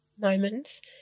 moments